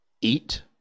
eat